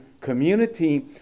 community